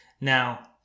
Now